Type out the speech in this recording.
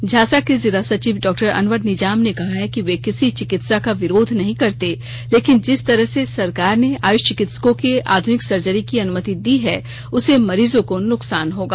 झासा के जिला सचिव डॉ अनवर निजाम ने कहा कि वे किसी चिकित्सा का विरोध नहीं करते लेंकिन जिस तरह से सरकार ने आयुष चिकित्सकों के आधुनिक सर्जरी की अनुमति दी है उससे मरीजों को न्कसान होगा